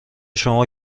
شما